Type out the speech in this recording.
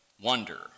wonder